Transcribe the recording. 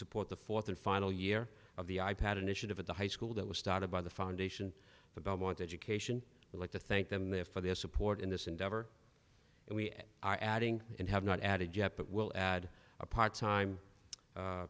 support the fourth and final year of the i pad initiative at the high school that was started by the foundation for belmont education would like to thank them there for their support in this endeavor and we are adding and have not added yet but will add a part time